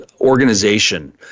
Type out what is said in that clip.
organization